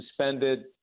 suspended